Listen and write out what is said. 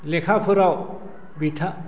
लेखाफोराव बिथांखौ